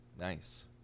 Nice